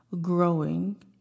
growing